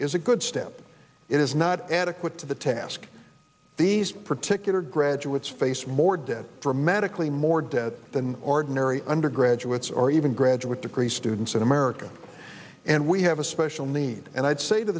is a good step it is not adequate to the task these particular graduates face more debt dramatically more debt than ordinary undergraduates or even graduate degree students in america and we of a special need and i'd say to